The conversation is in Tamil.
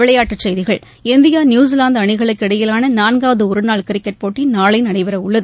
விளையாட்டுச் செய்திகள் இந்தியா நியூசிவாந்து அணிகளுக்கு இடையிலான நான்காவது ஒருநாள் கிரிக்கெட் போட்டி நாளை நடைபெற உள்ளது